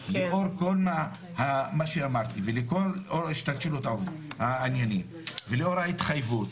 לאור כל מה שאמרתי ולאור כל השתלשלות העניינים ולאור ההתחייבות,